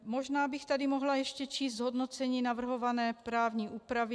Možná bych tady mohla ještě číst zhodnocení navrhované právní úpravy.